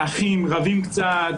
שהאחים רבים קצת,